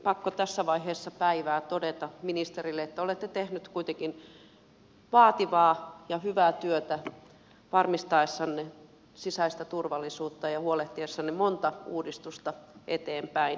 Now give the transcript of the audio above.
pakko tässä vaiheessa päivää todeta ministerille että olette tehnyt kuitenkin vaativaa ja hyvää työtä varmistaessanne sisäistä turvallisuutta ja huolehtiessanne monta uudistusta eteenpäin